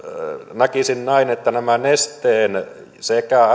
näkisin näin että nämä nesteen sekä